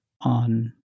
on